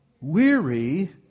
weary